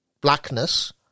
blackness